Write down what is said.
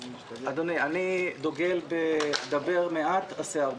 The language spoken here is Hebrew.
אדוני, אני דוגל ב"דבֵר מעט ועשה הרבה".